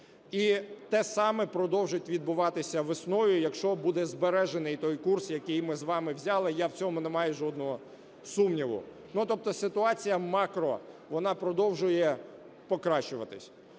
І те саме продовжить відбуватися весною, якщо буде збережений той курс, який ми з вами взяли, я в цьому не маю жодного сумніву. Ну, тобто ситуація макро, вона продовжує покращуватись.